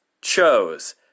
chose